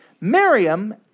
Miriam